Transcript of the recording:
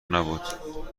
نبود